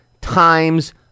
times